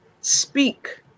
speak